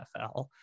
NFL